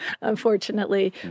unfortunately